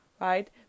right